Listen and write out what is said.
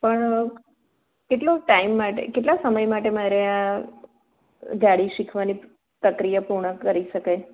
પણ કેટલો ટાઈમ માટે કેટલા સમય માટે મારે આ ગાડી શીખવાની પ્રક્રિયા પૂર્ણ કરી શકાય